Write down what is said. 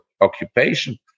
occupation